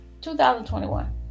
2021